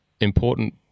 important –